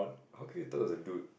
how could you thought it's a dude